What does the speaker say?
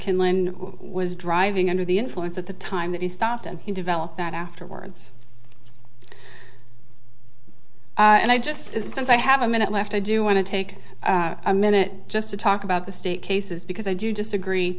killen was driving under the influence at the time that he stopped and he developed that afterwards and i just since i have a minute left i do want to take a minute just to talk about the state cases because i do disagree